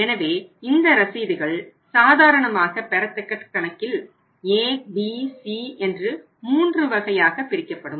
எனவே இந்த ரசீதுகள் சாதாரணமாக பெறத்தக்க கணக்கில் A B C என்று மூன்று வகையாக பிரிக்கப்படும்